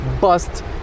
bust